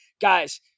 Guys